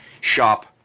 shop